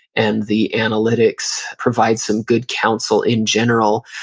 and the analytics provide some good counsel in general,